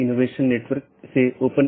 एक चीज जो हमने देखी है वह है BGP स्पीकर